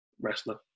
wrestler